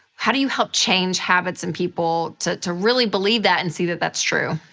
how do you help change habits in people to to really believe that and see that that's true?